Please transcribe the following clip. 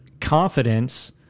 confidence